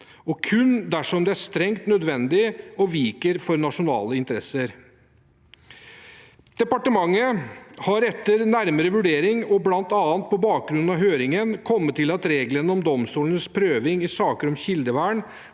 og kun dersom det er strengt nødvendig og viker for nasjonale interesser. Departementet har etter nærmere vurdering, og bl.a. på bakgrunn av høringen, kommet fram til at reglene om domstolenes prøving i saker om kildevern